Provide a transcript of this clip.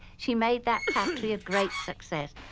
she made that factory a great success.